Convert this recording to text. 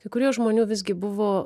kai kurie žmonių visgi buvo